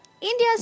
India's